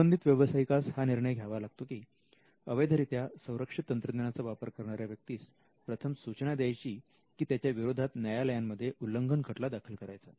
संबंधित व्यवसायिकास हा निर्णय घ्यावा लागतो की अवैधरित्या संरक्षित तंत्रज्ञानाचा वापर करणाऱ्या व्यक्तीस प्रथम सूचना द्यायची की त्याच्या विरोधात न्यायालयांमध्ये उल्लंघन खटला दाखल करायचा